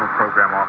program